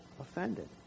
offended